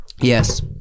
Yes